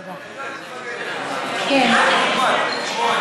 את אומרת שהייתה טרגדיה.